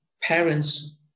parents